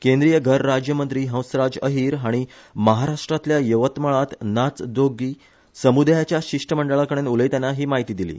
केंद्रीय घर राज्य मंत्री हंसराज अहिर हाणी महाराष्ट्रांतल्या येवतमाळांत नाथ जोगी समूदायाच्या शिष्टमंडळाकडेन उलयताना हि म्हायती दिली